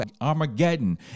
Armageddon